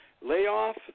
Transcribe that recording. layoff